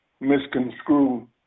misconstrue